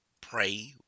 pray